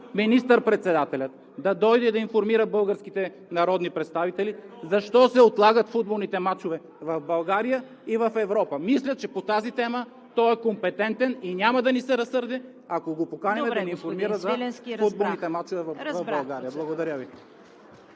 министър-председателят да дойде и да информира българските народни представители защо се отлагат футболните мачове в България и в Европа. Мисля, че по тази тема, той е компетентен и няма да ни се разсърди, ако го поканим да ни информира... ПРЕДСЕДАТЕЛ ЦВЕТА КАРАЯНЧЕВА: Добре,